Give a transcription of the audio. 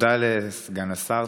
תודה לסגן השר.